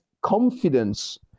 confidence